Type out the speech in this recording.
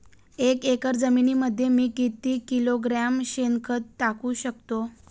एक एकर जमिनीमध्ये मी किती किलोग्रॅम शेणखत टाकू शकतो?